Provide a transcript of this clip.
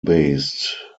based